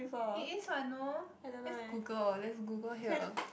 it is what no lets Google lets Google here